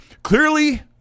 Clearly